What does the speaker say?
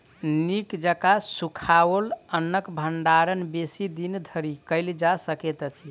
नीक जकाँ सुखाओल अन्नक भंडारण बेसी दिन धरि कयल जा सकैत अछि